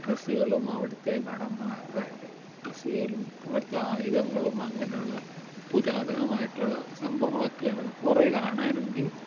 ഡ്രെസ്സുകളും അവിടുത്തെ ഭടന്മാരുടെ ഡ്രെസ്സുകളും അവിടുത്തെ ആയുധങ്ങളും അങ്ങനെയുള്ള പുരാതനമായിട്ടുള്ള സംഭവങ്ങളൊക്കെ അവിടെ കുറെ കാണാനുണ്ട്